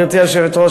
גברתי היושבת-ראש,